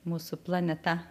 mūsų planeta